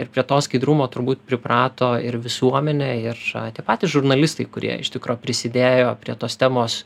ir prie to skaidrumo turbūt priprato ir visuomenė ir tie patys žurnalistai kurie iš tikro prisidėjo prie tos temos